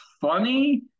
funny